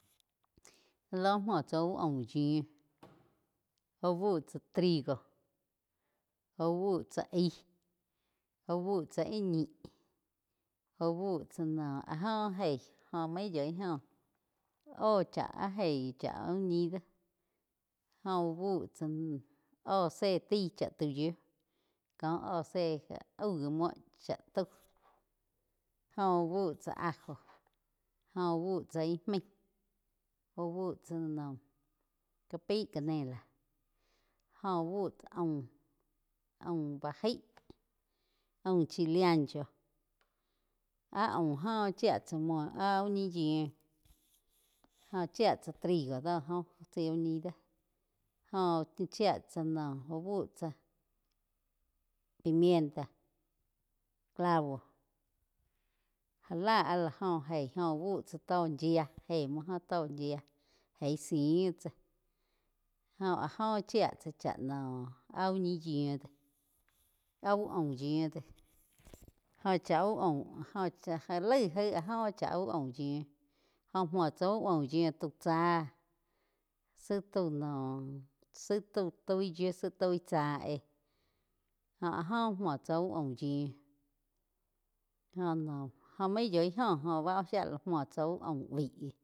Lóh múo tsá úh aum yíu úh bu tsá trigo úh bú tsá aig úh búh tsá áh ñi úh buh cha no áh jóh jeíh jo main yoi óh, óh cáh áh géi úh ñi do jó uh bu tsáh, óh zé taí cháh tua yiu kó óh zé aug gi múo chá tau jo úh búh tsá ajo jo úh buh tsá ih maíg úh búh tsá noh ká pai canela oh uh bu cha aum, aum bá jaí, aum chile ancho áh aum óh chía tsá áh úh ñi yíu. Joh chia tsá trigo do joh chaí úh ñi do jo chía no úh bu tsá pimienta clavo já lá áh la jo eig óh úh bu tsá tó yia jé múo óh tó yia eí zííh tsá óh áh joh chia tsá cha noh áh úh ñi yiu áh úh aum yiu do jo chá uh aum jo cha laig áh joh chá úh aum yiu jóh múo tsá uh ñi aum yiu taú chá zi taú noh tau toi yiu zi tpi chá éh jó áh óh múo tsá úh aum yiu jó noh jo main yoi jo oh bá shía la múo tsá úh aum baig gi.